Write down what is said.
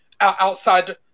outside